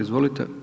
Izvolite.